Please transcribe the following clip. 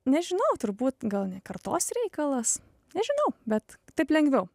nežinau turbūt gal ne kartos reikalas nežinau bet taip lengviau